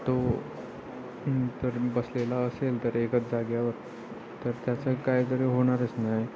तो तर बसलेला असेल तर एकच जागेवर तर त्याचं काय तरी होणारच नाही